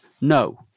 No